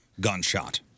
gunshot